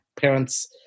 parents